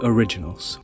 Originals